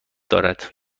دارد